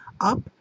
up